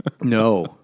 no